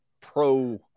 pro